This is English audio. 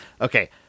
Okay